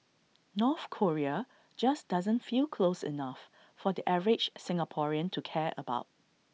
North Korea just doesn't feel close enough for the average Singaporean to care about